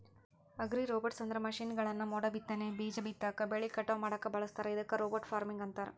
ಅಗ್ರಿರೋಬೊಟ್ಸ್ಅಂದ್ರ ಮಷೇನ್ಗಳನ್ನ ಮೋಡಬಿತ್ತನೆ, ಬೇಜ ಬಿತ್ತಾಕ, ಬೆಳಿ ಕಟಾವ್ ಮಾಡಾಕ ಬಳಸ್ತಾರ ಇದಕ್ಕ ರೋಬೋಟ್ ಫಾರ್ಮಿಂಗ್ ಅಂತಾರ